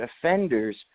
offenders